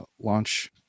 launch